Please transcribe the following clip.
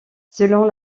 selon